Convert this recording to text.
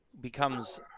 becomes –